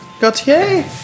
Gauthier